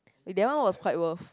wait that one was quite worth